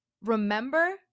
remember